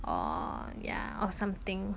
or ya or something